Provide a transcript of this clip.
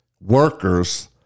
workers